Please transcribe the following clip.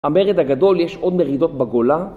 המרד הגדול, יש עוד מרידות בגולה.